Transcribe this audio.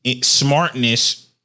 smartness